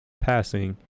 passing